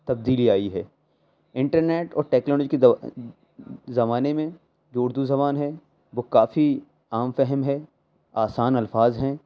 تبدیلی آئی ہے انٹرنیٹ اور ٹیکنالوجی کے زمانے میں جو اردو زبان ہے وہ کافی عام فہم ہے آسان الفاظ ہیں